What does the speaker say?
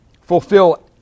fulfill